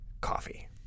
coffee